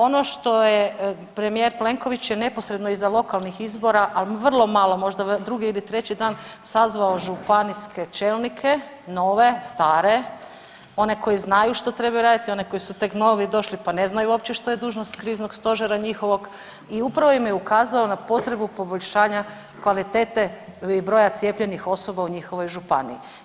Ono što je premijer Plenković je neposredno iza lokalnih izbora, ali vrlo malo, možda drugi ili treći dan, sazvao županijske čelnike, nove, stare, one koji znaju što raditi, oni koji su tek novi došli pa ne znaju uopće što je dužnosnik kriznog stožera njihovog, i upravo im je ukazao na potrebu poboljšanja kvalitete broja cijepljenih osoba u njihovoj županiji.